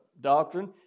doctrine